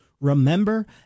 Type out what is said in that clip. remember